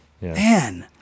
Man